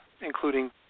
including